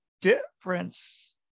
difference